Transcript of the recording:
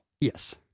Yes